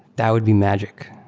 that would be magic